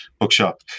bookshop